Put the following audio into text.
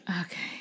Okay